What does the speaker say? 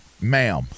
ma'am